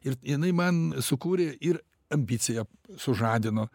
ir jinai man sukūrė ir ambiciją sužadino